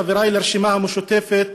חבריי לרשימה המשותפת,